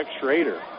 Schrader